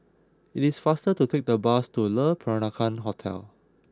it is faster to take the bus to Le Peranakan Hotel